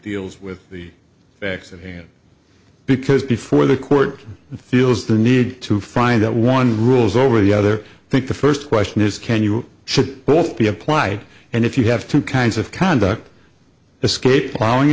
deals with the facts at hand because before the court feels the need to find out one rules over the other think the first question is can you should both be applied and if you have two kinds of conduct escape plowing